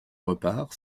repart